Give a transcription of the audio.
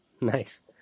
Nice